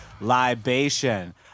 libation